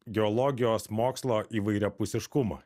geologijos mokslo įvairiapusiškumą